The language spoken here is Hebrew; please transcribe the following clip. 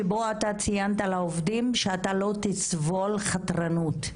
שבו אתה ציינת לעובדים שאתה לא תסבול חתרנות.